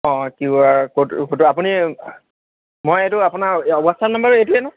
অঁ Q R code আপুনি মই এইটো আপোনাৰ হোৱাটছ আপ নাম্বাৰটো এইটোয়ে ন